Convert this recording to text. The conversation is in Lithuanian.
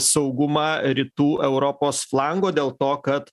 saugumą rytų europos flango dėl to kad